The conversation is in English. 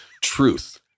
truth